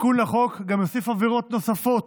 התיקון לחוק גם יוסיף עבירות נוספת